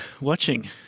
watching